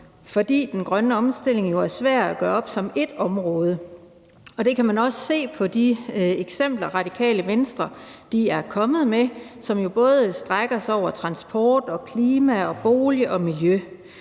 for den grønne omstilling er jo svær at gøre op som ét område. Det kan man også se på de eksempler, Radikale Venstre er kommet med, som jo både strækker sig over transport, klima, bolig og miljø.